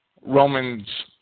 Romans